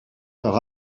par